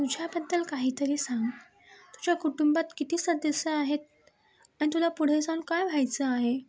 तुझ्याबद्दल काहीतरी सांग तुझ्या कुटुंबात किती सदस्य आहेत आणि तुला पुढे जाऊन काय व्हायचं आहे